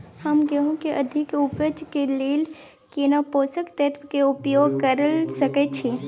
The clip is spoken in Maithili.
हम गेहूं के अधिक उपज के लेल केना पोषक तत्व के उपयोग करय सकेत छी?